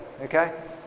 okay